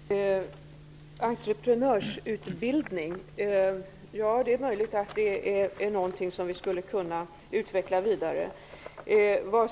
Fru talman! Entreprenörsutbildning är kanske något som vi skulle kunna utveckla vidare. Vad